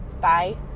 bye